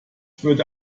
würde